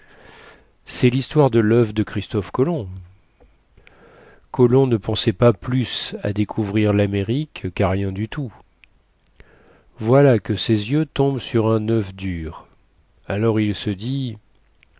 cest lhistoire de loeuf de christophe colomb colomb ne pensait pas plus à découvrir lamérique quà rien du tout voilà que ses yeux tombent sur un oeuf dur alors il se dit